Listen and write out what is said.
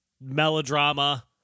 melodrama